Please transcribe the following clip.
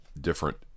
different